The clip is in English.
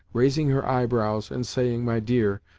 raising her eyebrows, and saying my dear,